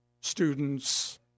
students